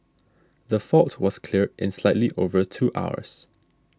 the fault was cleared in slightly over two hours